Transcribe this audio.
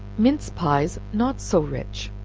mince pies not so rich.